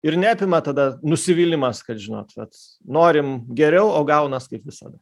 ir neapima tada nusivylimas kad žinot vat norim geriau o gaunas kaip visada